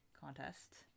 contest